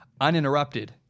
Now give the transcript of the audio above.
Uninterrupted